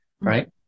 right